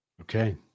Okay